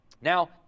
Now